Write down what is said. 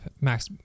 max